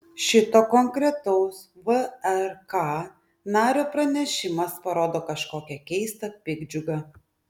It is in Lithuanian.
šito konkretaus vrk nario pranešimas parodo kažkokią keistą piktdžiugą